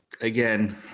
again